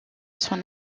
son